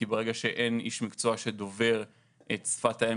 כי ברגע שאין איש מקצוע שדובר את שפת האם